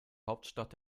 hauptstadt